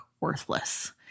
worthless